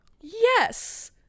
Yes